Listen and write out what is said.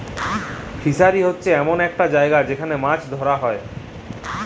fishery হছে এমল জায়গা যেখালে মাছ ধ্যরা হ্যয়